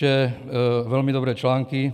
Píše velmi dobré články.